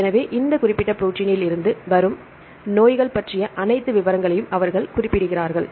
எனவே இந்த குறிப்பிட்ட ப்ரோடீன்னிலிருந்து வரும் நோய்கள் பற்றிய அனைத்து விவரங்களையும் அவர்கள் குறிப்பிடுகிறார்கள்